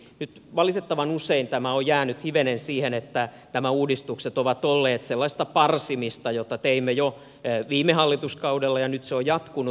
nyt valitettavan usein tämä on jäänyt hivenen siihen että nämä uudistukset ovat olleet sellaista parsimista jota teimme jo viime hallituskaudella ja joka nyt on jatkunut